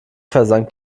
versank